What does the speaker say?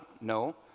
no